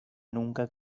nunca